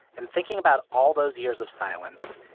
and thinking about all those years of silence,